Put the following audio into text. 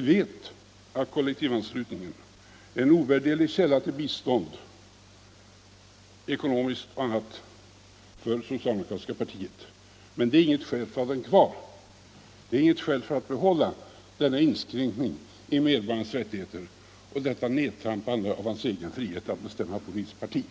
Vi vet att kollektivanslutningen är en ovärderlig källa till bistånd, ekonomiskt och på annat sätt, för det socialdemokratiska partiet, men det är inget skäl för att behålla denna inskränkning i medborgarnas rättigheter och detta nedtrampande av deras egen frihet att bestämma vilket politiskt parti